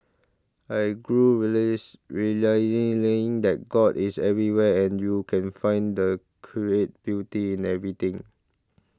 I grew release realising that God is everywhere and you can find and create beauty in everything